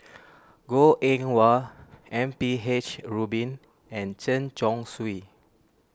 Goh Eng Wah M P H Rubin and Chen Chong Swee